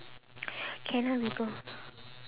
can ah we go